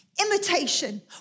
Imitation